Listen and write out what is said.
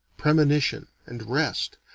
premonition, and rest,